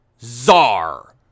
Czar